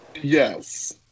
yes